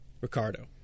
Ricardo